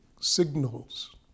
signals